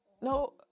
No